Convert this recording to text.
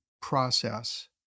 process